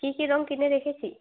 কি কি রঙ কিনে রেখেছিস